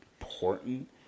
important